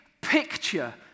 picture